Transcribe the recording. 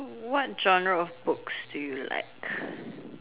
what genre of books do you like